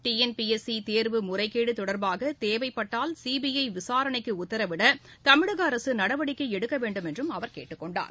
TNPSC தேர்வு முறைகேடு தொடர்பாக தேவைப்பட்டால் சிபிஐ விசாரணைக்கு உத்தரவிட தமிழக அரசு நடவடிக்கை எடுக்க வேண்டும் என்றும் அவர் கேட்டுக்கொண்டார்